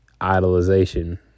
idolization